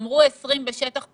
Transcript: אמרו "20 בשטח פתוח",